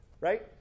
Right